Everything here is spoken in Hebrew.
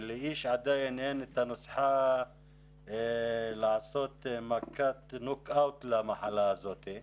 כי לאיש עדיין אין את הנוסחה לעשות מכת נוק-אאוט למחלה הזאת,